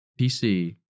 PC